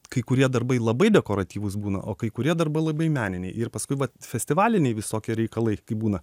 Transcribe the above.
kai kurie darbai labai dekoratyvūs būna o kai kurie darbai labai meniniai ir paskui vat festivaliniai visokie reikalai kaip būna